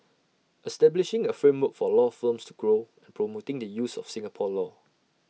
establishing A framework for law firms to grow and promoting the use of Singapore law